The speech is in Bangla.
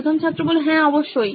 প্রথম ছাত্র হ্যাঁ অবশ্যই